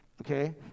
Okay